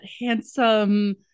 handsome